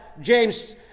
James